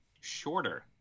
shorter